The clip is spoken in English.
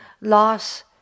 loss